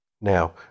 Now